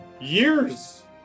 years